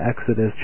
Exodus